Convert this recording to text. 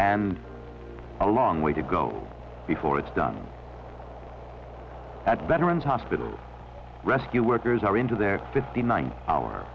and a long way to go before it's done at veterans hospital rescue workers are into there fifty nine hour